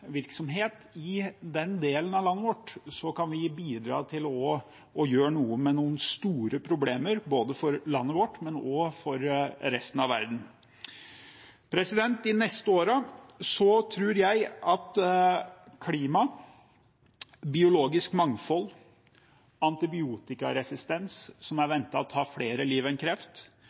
i den delen av landet vårt kan vi bidra til å gjøre noe med noen store problemer både for landet vårt og for resten av verden. De neste årene tror jeg at klima, biologisk mangfold, antibiotikaresistens – som er ventet å ta flere liv enn kreft